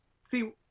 see